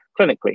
clinically